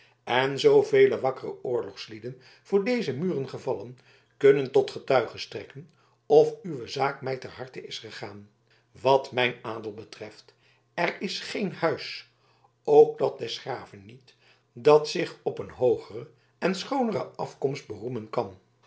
en zoovele wakkere oorlogslieden voor deze muren gevallen kunnen tot getuige strekken of uwe zaak mij ter harte is gegaan wat mijn adel betreft er is geen huis ook dat des graven niet dat zich op een hoogere en schoonere afkomst beroemen kan